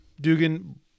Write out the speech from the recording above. Dugan